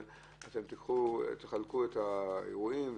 שתחלקו את האירועים,